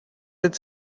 with